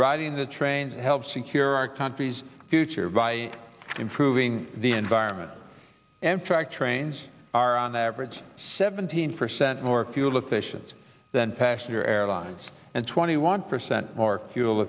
riding the train to help secure our country's future by improving the environment and track trains are on average seventeen percent more fuel efficient than passenger airlines and twenty one percent more fuel